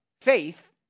faith